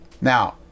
Now